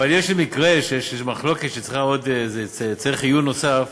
אבל אם יש איזה מקרה של מחלוקת שמצריך עיון נוסף,